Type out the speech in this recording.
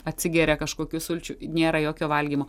atsigeria kažkokių sulčių nėra jokio valgymo